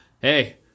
Hey